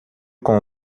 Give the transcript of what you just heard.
com